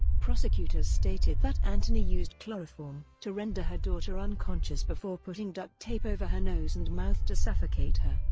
prosecutors stated that anthony used chloroform to render her daughter unconscious before putting duct tape over her nose and mouth to suffocate her,